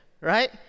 right